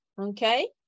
Okay